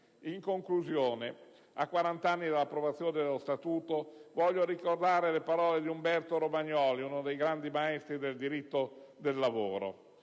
In conclusione, a quarant'anni dall'approvazione dello Statuto, voglio ricordare le parole di Umberto Romagnoli, uno dei grandi maestri del diritto del lavoro: